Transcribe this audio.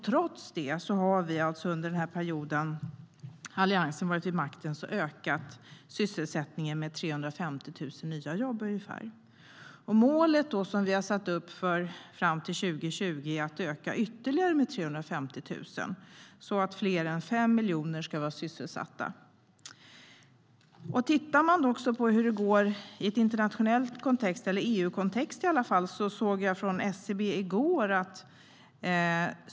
Trots det ökade sysselsättningen med ungefär 350 000 nya jobb under den period då Alliansen var vid makten. Det mål vi har satt upp fram till 2020 är att öka med ytterligare 350 000, så att fler än 5 miljoner ska vara sysselsatta. Man kan också titta på hur det går i en internationell kontext, eller i alla fall en EU-kontext. Jag såg SCB:s siffror i går.